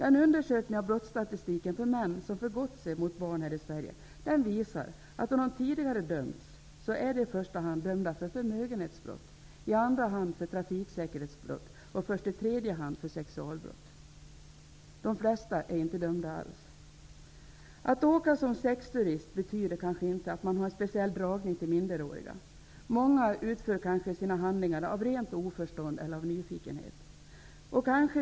En undersökning av brottsstatistiken för män som förgått sig mot barn här i Sverige visar att om de tidigare dömts så är de i första hand dömda för förmögenhetsbrott, i andra hand för trafikförseelser och i tredje hand för sexualbrott. De flesta är inte dömda alls. Att åka som sexturist betyder kanske inte att man har en speciell dragning till minderåriga. Många utför kanske sina handlingar av rent oförstånd eller av nyfikenhet.